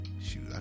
Shoot